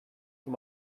for